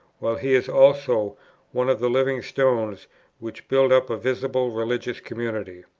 while he is also one of the living stones which build up a visible religious community.